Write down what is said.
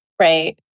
right